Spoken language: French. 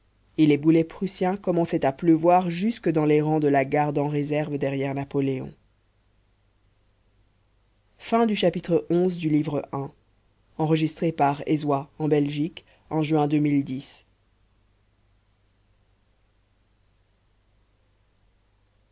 et les boulets prussiens commençaient à pleuvoir jusque dans les rangs de la garde en réserve derrière napoléon